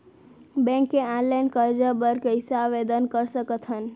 Bank ले online करजा बर कइसे आवेदन कर सकथन?